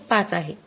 ५ आहे